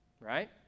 Right